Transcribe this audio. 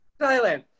Thailand